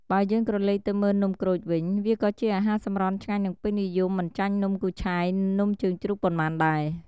បើយើងក្រឡេកទៅមើលនំក្រូចវិញវាក៏ជាអាហារសម្រន់ឆ្ងាញ់និងពេញនិយមមិនចាញ់ នំគូឆាយ នំជើងជ្រូក ប៉ុន្មានដែរ។